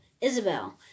Isabel